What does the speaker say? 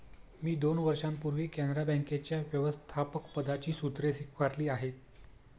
मी दोन वर्षांपूर्वी कॅनरा बँकेच्या व्यवस्थापकपदाची सूत्रे स्वीकारली आहेत